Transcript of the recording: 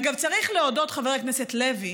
אגב, צריך להודות, חבר הכנסת לוי,